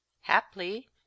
Haply